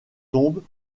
tombes